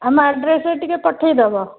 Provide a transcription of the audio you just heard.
ଆମ ଆଡ୍ରେସ୍ରେ ଟିକେ ପଠାଇ ଦେବ